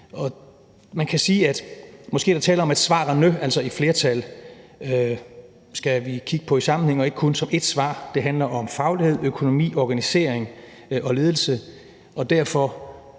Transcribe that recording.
Men man kan sige, at der måske er tale om, at vi skal kigge på svarene – altså i flertal – i sammenhæng og ikke kun se det som ét svar. Det handler om faglighed, økonomi, organisering og ledelse, og derfor